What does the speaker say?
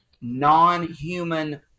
non-human